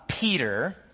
Peter